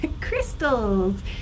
crystals